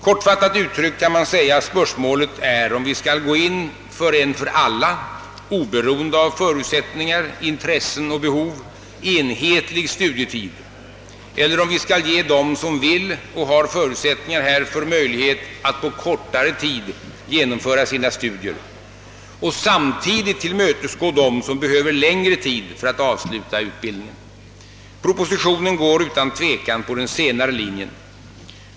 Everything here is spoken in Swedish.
Kortfattat uttryckt kan man säga att spörsmålet är om vi kan gå in för en för alla, oberoende av förutsättningar, intressen och behov, enhetlig studietid, eller om vi skall ge dem som vill och har förutsättningar härför möjlighet att på kortare tid genomföra sina studier och samtidigt tillmötesgå dem som behöver längre tid för att avsluta utbildningen. Propositionen går utan tvekan på den senare linjen.